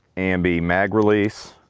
ambi mag release.